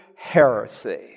heresy